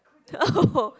oh